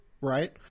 Right